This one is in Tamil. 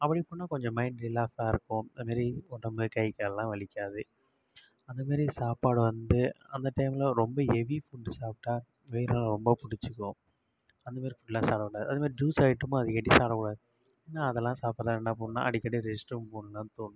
அப்படி போனால் கொஞ்சம் மைண்ட் ரிலாக்ஸாக இருக்கும் அதுமாரி உடம்பு கை கால்லாம் வலிக்காது அந்தமாரி சாப்பாடு வந்து அந்த டைமில் ரொம்ப ஹெவி ஃபுட்டு சாப்பிட்டா வயிறுலாம் ரொம்ப புடிச்சிக்கும் அந்தமாரி ஃபுட்டுலாம் சாப்பிட கூடாது அதுமாதிரி ஜூஸ் ஐட்டமும் அடிக்கடி சாப்பிட கூடாது நான் அதெல்லாம் சாப்பிட்றேன் என்ன பண்ணணும்னா அடிக்கடி ரெஸ்ட் ரூம் போகணும் தான் தோணும்